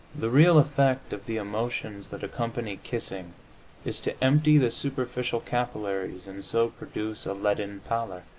the real effect of the emotions that accompany kissing is to empty the superficial capillaries and so produce a leaden pallor.